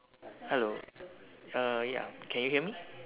hello uh ya can you hear me